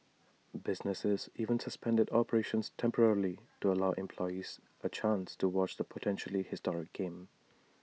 businesses even suspended operations temporarily to allow employees A chance to watch the potentially historic game